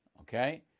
Okay